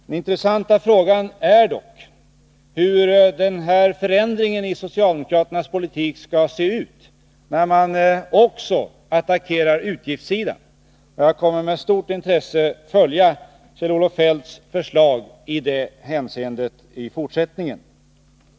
Den intressanta frågan är dock hur denna förändring i den socialdemokratiska politiken, när man också skall attackera utgiftssidan, skall se ut. Jag kommer i fortsättningen att med stort intresse följa Kjell-Olof Feldts förslag i det hänseendet.